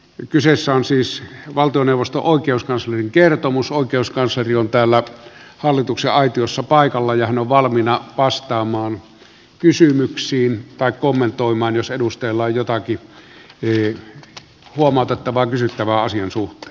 nyt kyseessä on siis valtioneuvoston oikeuskanslerin kertomus oikeuskansleri on täällä hallituksen aitiossa paikalla ja hän on valmiina vastaamaan kysymyksiin tai kommentoimaan jos edustajilla on jotakin huomautettavaa tai kysyttävää asian suhteen